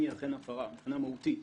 אם היא אכן הפרה מבחינה מהותית.